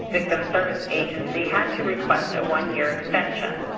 victim service agency, had to request a one year extension.